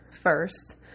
first